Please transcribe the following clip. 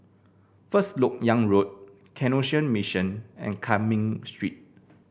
First LoK Yang Road Canossian Mission and Cumming Street